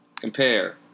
compare